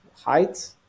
height